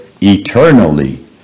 eternally